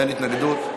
אין התנגדות.